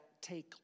take